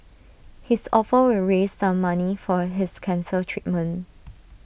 his offer will raise some money for his cancer treatment